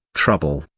trouble,